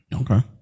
Okay